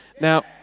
Now